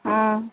অঁ